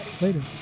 later